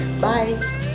bye